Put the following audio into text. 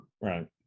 Right